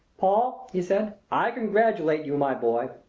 paul, he said, i congratulate you, my boy!